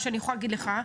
אני יכולה להגיד לך,